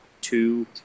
two